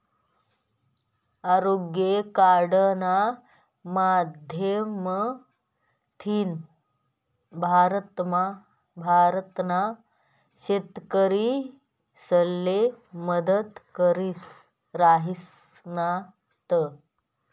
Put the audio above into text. आरोग्य कार्डना माध्यमथीन भारतना शेतकरीसले मदत करी राहिनात